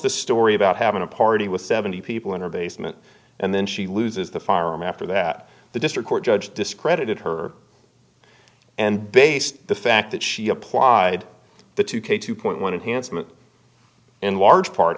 the story about having a party with seventy people in her basement and then she loses the farm after that the district court judge discredited her and based the fact that she applied the two k two point one and handsome and in large part